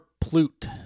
Plute